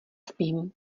spím